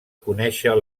conèixer